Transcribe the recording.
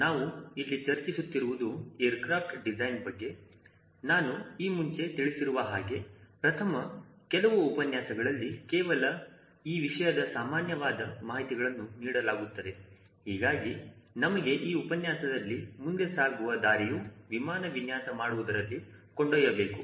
ನಾವು ಇಲ್ಲಿ ಚರ್ಚಿಸುತ್ತಿರುವುದು ಏರ್ಕ್ರಫ್ಟ್ ಡಿಸೈನ್ ಬಗ್ಗೆ ನಾನು ಈ ಮುಂಚೆ ತಿಳಿಸಿರುವ ಹಾಗೆ ಪ್ರಥಮ ಕೆಲವು ಉಪನ್ಯಾಸಗಳಲ್ಲಿ ಕೇವಲ ಈ ವಿಷಯದ ಸಾಮಾನ್ಯವಾದ ಮಾಹಿತಿಗಳನ್ನು ನೀಡಲಾಗುತ್ತದೆ ಹೀಗಾಗಿ ನಮಗೆ ಈ ಉಪನ್ಯಾಸದಲ್ಲಿ ಮುಂದೆ ಸಾಗುವ ದಾರಿಯೂ ವಿಮಾನ ವಿನ್ಯಾಸ ಮಾಡುವುದರಲ್ಲಿ ಕೊಂಡೊಯ್ಯಬೇಕು